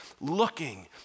looking